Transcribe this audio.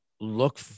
look